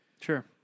Sure